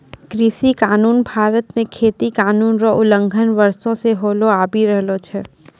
कृषि कानून भारत मे खेती कानून रो उलंघन वर्षो से होलो आबि रहलो छै